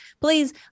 Please